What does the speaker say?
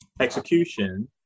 execution